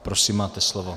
Prosím, máte slovo.